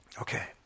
Okay